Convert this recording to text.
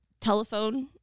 telephone